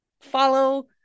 follow